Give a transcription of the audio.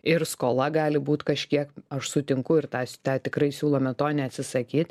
ir skola gali būt kažkiek aš sutinku ir tą tą tikrai siūlome to neatsisakyt